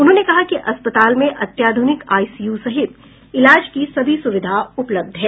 उन्होंने कहा कि अस्पताल में अत्याधुनिक आईसीयू सहित इलाज की सभी सुविधा उपलब्ध है